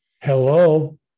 Hello